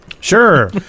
Sure